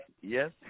Yes